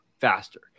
faster